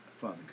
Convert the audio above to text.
Father